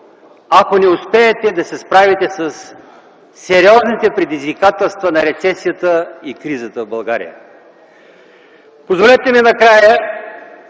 ако не успеете да се справите със сериозните предизвикателства на рецесията и кризата в България. Позволете ми накрая